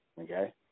okay